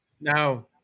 No